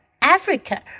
Africa